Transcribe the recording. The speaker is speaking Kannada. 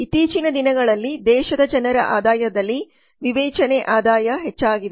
ಇತ್ತೀಚಿನ ದಿನಗಳಲ್ಲಿ ದೇಶದ ಜನರ ಆದಾಯದಲ್ಲಿ ವಿವೇಚನೆ ಆದಾಯ ಹೆಚ್ಚಾಗಿದೆ